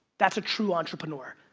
that's a true entrepreneur.